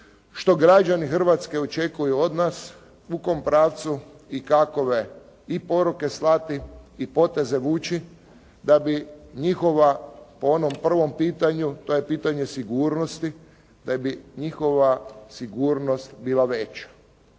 Što građani Hrvatske očekuju od nas, u kom pravcu i kakove i poruke slati i poteze vući da bi njihova po onom prvom pitanju to je pitanje sigurnosti da bi njihova sigurnost bila veća.